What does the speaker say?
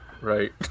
Right